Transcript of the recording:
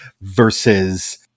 versus